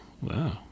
wow